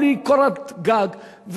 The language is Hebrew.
בלי קורת גג,